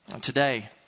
Today